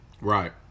Right